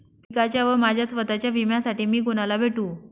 पिकाच्या व माझ्या स्वत:च्या विम्यासाठी मी कुणाला भेटू?